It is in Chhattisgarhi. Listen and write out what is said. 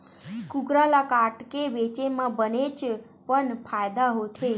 कुकरा ल काटके बेचे म बनेच पन फायदा होथे